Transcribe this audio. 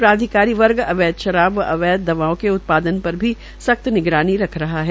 प्राधिकारी वर्ग अवैध शराब व अवैध दवाओ के उत्पादन पर भी सख्त निगरानी रख रहा है